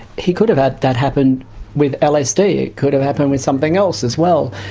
he could've had that happen with lsd. it could've happened with something else as well.